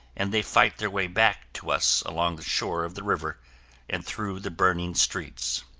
and they fight their way back to us along the shore of the river and through the burning streets.